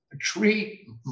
treat